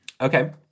Okay